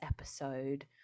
episode